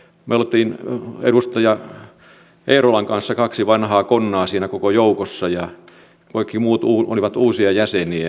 me olimme edustaja eerolan kanssa kaksi vanhaa konnaa siinä koko joukossa ja kaikki muut olivat uusia jäseniä